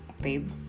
babe